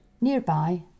Nearby